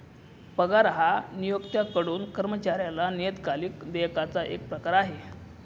पगार हा नियोक्त्याकडून कर्मचाऱ्याला नियतकालिक देयकाचा एक प्रकार आहे